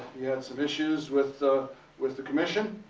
he had some issues with ah with the commission,